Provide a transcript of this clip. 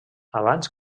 abans